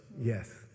Yes